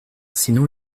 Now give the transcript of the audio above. sinon